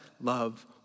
love